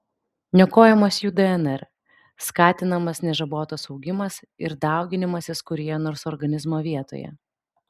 niokojamas jų dnr skatinamas nežabotas augimas ir dauginimasis kurioje nors organizmo vietoje